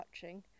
touching